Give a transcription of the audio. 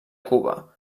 cuba